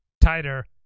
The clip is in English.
tighter